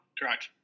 correct